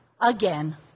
again